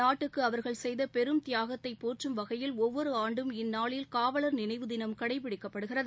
நாட்டுக்கு அவர்கள் செய்த பெரும் தியாகத்தை போற்றும் வகையில் ஒவ்வொரு ஆண்டும் இந்நாளில் காவலர் நினைவு தினம் கடைபிடிக்கப்படுகிறது